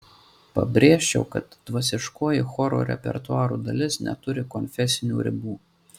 pabrėžčiau kad dvasiškoji choro repertuaro dalis neturi konfesinių ribų